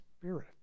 Spirit